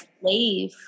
slave